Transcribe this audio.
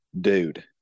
Dude